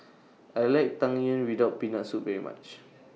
I like Tang Yuen without Peanut Soup very much